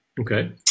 Okay